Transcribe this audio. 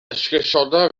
esgusoda